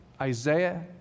Isaiah